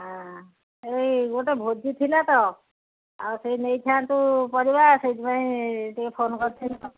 ହଁ ଏଇ ଗୋଟେ ଭୋଜି ଥିଲା ତ ଆଉ ସେଇ ନେଇଥାନ୍ତୁ ପରିବା ସେଇଥିପାଇଁ ଟିକେ ଫୋନ କରିଥିଲି